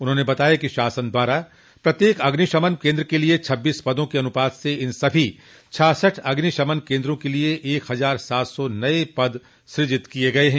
उन्होंने बताया कि शासन द्वारा प्रत्येक अग्निशमन केन्द्र के लिये छब्बीस पदों के अनुपात से इन सभी छाछठ अग्निशमन केन्द्रों के लिये एक हजार सात सौ नये पद सूजित किये गये हैं